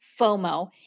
FOMO